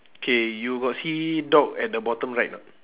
K you got see dog at the bottom right or not